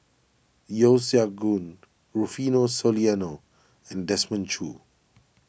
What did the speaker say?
Yeo Siak Goon Rufino Soliano and Desmond Choo